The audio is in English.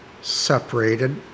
separated